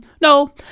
No